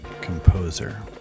composer